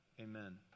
Amen